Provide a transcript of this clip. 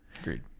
Agreed